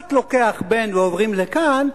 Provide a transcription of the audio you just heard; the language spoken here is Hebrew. בת לוקחת בן ועוברים לכאן,